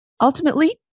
Ultimately